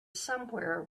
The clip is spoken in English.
somewhere